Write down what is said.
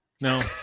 No